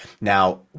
Now